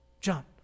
John